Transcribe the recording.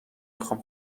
میخوام